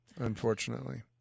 Unfortunately